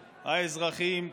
האזרחים,